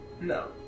No